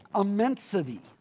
immensity